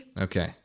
Okay